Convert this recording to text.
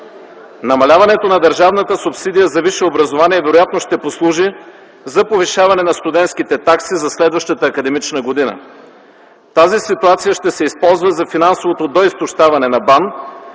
Намаляването на държавната субсидия за висше образование вероятно ще послужи за повишаване на студентските такси за следващата академична година. Тази ситуация ще се използва за финансовото доизтощаване на БАН,